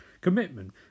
Commitment